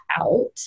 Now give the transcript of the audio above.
out